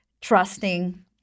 trusting